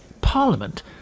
Parliament